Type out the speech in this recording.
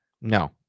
No